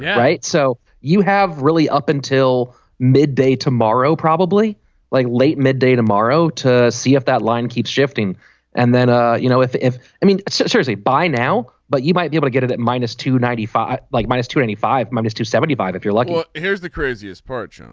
right. so you have really up until midday tomorrow probably like late midday tomorrow to see if that line keeps shifting and then ah you know if if i mean certainly by now. but you might be able to get it at minus to ninety five like minus twenty five minus two seventy five. if you're lucky. here's the craziest part.